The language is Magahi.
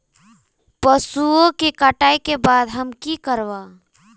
पशुओं के कटाई के बाद हम की करवा?